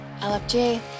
LFG